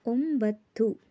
ಒಂಬತ್ತು